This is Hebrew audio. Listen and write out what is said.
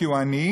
כי הוא עני,